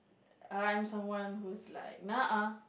I'm someone who's like nah ah